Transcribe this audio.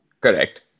Correct